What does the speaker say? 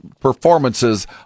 performances